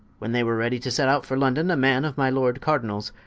when they were ready to set out for london, a man of my lord cardinalls,